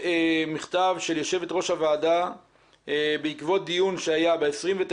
במכתב של יושבת ראש הוועדה בעקבות דיון שהיה ב-29